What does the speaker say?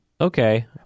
okay